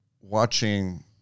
watching